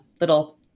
little